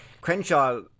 Crenshaw